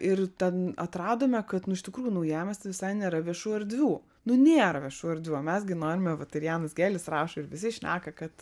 ir ten atradome kad nu iš tikrųjų naujamiesty visai nėra viešų erdvių nu nėra viešų erdvių o mes gi norime vat ir janas gelis rašo ir visi šneka kad